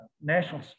National